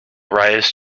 rise